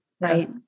Right